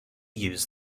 use